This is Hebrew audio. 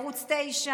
ערוץ 9,